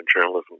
journalism